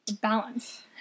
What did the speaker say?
Balance